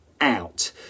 out